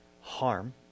Harm